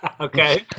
Okay